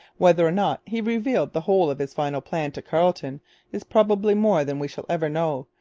whether or not he revealed the whole of his final plan to carleton is probably more than we shall ever know,